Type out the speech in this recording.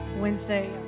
Wednesday